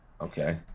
okay